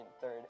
third